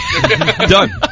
Done